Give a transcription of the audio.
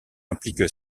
implique